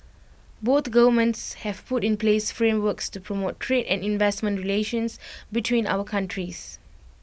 both governments have put in place frameworks to promote trade and investment relations between our countries